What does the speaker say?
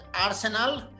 Arsenal